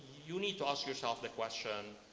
you need to ask yourself the question,